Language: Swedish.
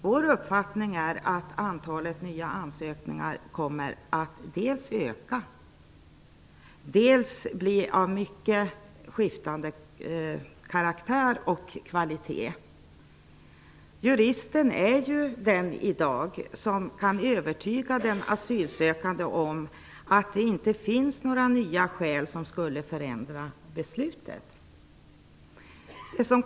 Vår uppfattning är dels att antalet nya ansökningar kommer att öka, dels att dessa kommer att bli av mycket skiftande kvalitet. Juristen är i dag den som kan övertyga den asylsökande om att det inte finns några nya skäl som skulle förändra verkets beslut.